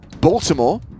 Baltimore